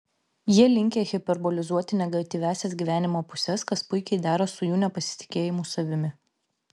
jie linkę hiperbolizuoti negatyviąsias gyvenimo puses kas puikiai dera su jų nepasitikėjimu savimi